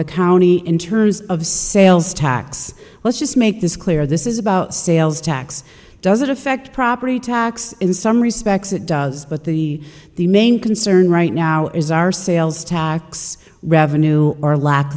the county in terms of sales tax let's just make this clear this is about sales tax does it affect property tax in some respects it does but the the main concern right now is our sales tax revenue or lack